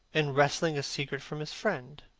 in wresting a secret from his friend!